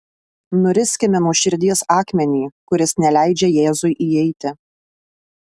nuriskime nuo širdies akmenį kuris neleidžia jėzui įeiti